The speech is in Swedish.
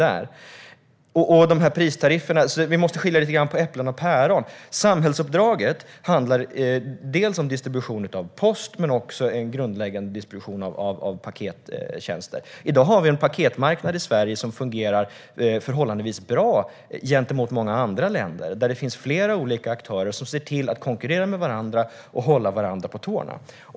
När det gäller pristarifferna måste vi skilja mellan äpplen och päron. Samhällsuppdraget handlar om distribution av post och också om grundläggande pakettjänster. I dag fungerar paketmarknaden i Sverige bra jämfört med många andra länder. Det finns flera olika aktörer som ser till att konkurrera med varandra och hålla varandra på tårna.